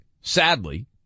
sadly